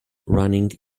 running